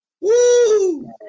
Woo